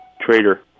Trader